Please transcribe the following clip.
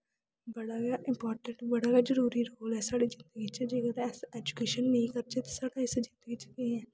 बड़ा गै इंपार्टैंट बड़ा गै जरूरी साढ़ी जिन्दगी च जेकर अस ऐजुकेशन नेईं करचै ते इस जिन्दगी च कोई असें